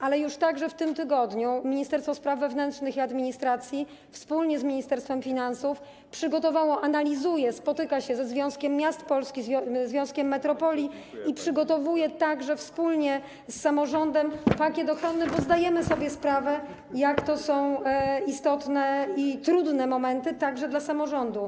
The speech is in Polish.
Ale już w tym tygodniu Ministerstwo Spraw Wewnętrznych i Administracji wspólnie z Ministerstwem Finansów przygotowało... analizuje, spotyka się ze Związkiem Miast Polskich, związkiem metropolii i przygotowuje, także wspólnie z samorządem, pakiet ochronny, bo zdajemy sobie sprawę, jak istotne i trudne są w tej chwili momenty, także dla samorządu.